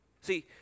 See